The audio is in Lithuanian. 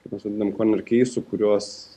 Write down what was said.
kaip pasakyt komirkeisų kuriuos